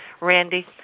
Randy